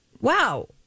wow